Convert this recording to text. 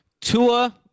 Tua